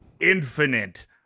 infinite